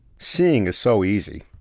seeing is so easy.